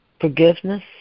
Forgiveness